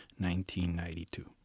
1992